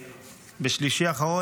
אני רוצה לשתף אותך: בשלישי האחרון